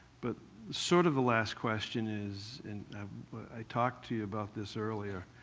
but sort of the last question is, and i talked to you about this earlier,